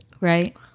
Right